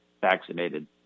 vaccinated